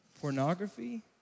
Pornography